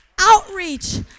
Outreach